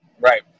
Right